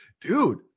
dude